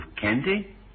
candy